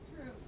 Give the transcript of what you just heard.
True